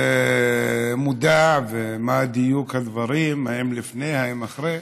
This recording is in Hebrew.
מודע מה דיוק הדברים, האם לפני, האם אחרי,